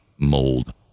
Mold